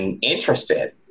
interested